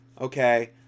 Okay